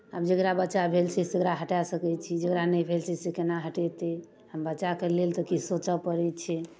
आब जकरा बच्चा भेल छै तकरा हटाए सकै छी जकरा नहि भेल छै से केना हटेतै बच्चाके लेल तऽ किछु सोचय पड़ै छै